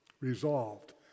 resolved